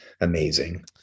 amazing